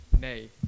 nay